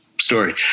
story